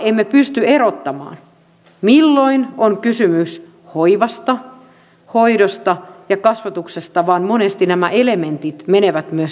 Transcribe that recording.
emme pysty erottamaan milloin on kysymys hoivasta hoidosta ja kasvatuksesta vaan monesti nämä elementit menevät myös limittäin